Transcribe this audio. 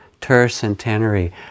tercentenary